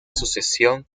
sucesión